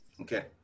Okay